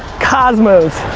cosmos.